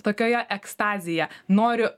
tokioje ekstazėje noriu